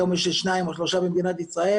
היום יש שניים או שלושה במדינת ישראל,